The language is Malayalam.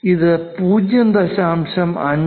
ഇത് 0